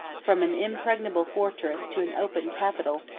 from an impregnable fortress to an open capital,